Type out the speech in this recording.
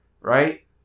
Right